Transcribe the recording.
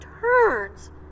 turns